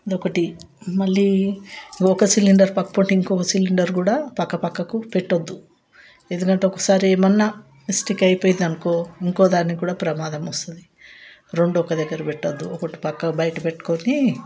ఇదొకటి మళ్ళీ ఒక సిలిండర్ పక్కన ఇంకో సిలిండర్ కూడ పక్క పక్కకు పెట్టద్దు ఎందుకంటే ఒకసారి ఏమన్నా మిస్టేక్ అయిపోయింది అనుకో ఇంకోదానికి కూడ ప్రమాదం వస్తుంది రెండూ ఒక దగ్గర పెట్టొద్దు ఒకటి పక్క బయట పెట్టుకుని